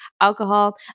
alcohol